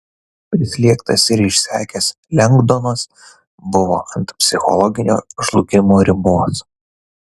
prislėgtas ir išsekęs lengdonas buvo ant psichologinio žlugimo ribos